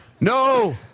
no